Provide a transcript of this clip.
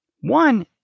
One